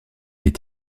est